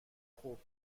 خوب